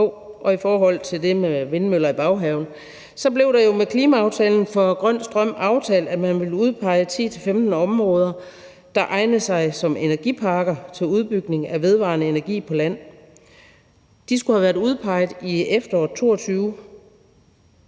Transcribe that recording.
Og i forhold til det med vindmøller i baghaven blev det med klimaaftalen for grøn strøm aftalt, at man ville udpege 10-15 områder, der egnede sig som energiparker til udbygning af vedvarende energi på land. De skulle have været udpeget i efteråret 2022.